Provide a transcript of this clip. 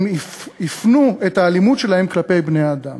הם הפנו את האלימות שלהם כלפי בני-אדם.